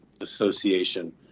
association